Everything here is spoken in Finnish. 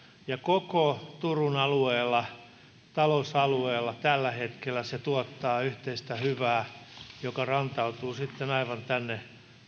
ja koko turun talousalueella se tuottaa tällä hetkellä yhteistä hyvää mikä rantautuu sitten aivan tänne